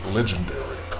Legendary